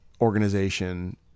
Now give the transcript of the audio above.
organization